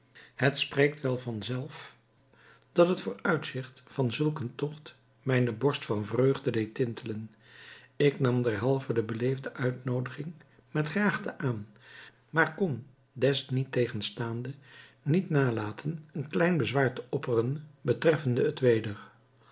het spreekt wel van zelf dat het vooruitzicht van zulk een tocht mijne borst van vreugde deed tintelen ik nam derhalve de beleefde uitnoodiging met graagte aan maar kon desniettegenstaande niet nalaten een klein bezwaar te opperen betreffende het weder